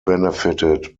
benefited